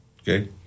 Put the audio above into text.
okay